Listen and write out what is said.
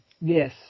Yes